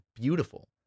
beautiful